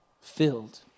filled